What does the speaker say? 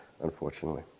unfortunately